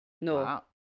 no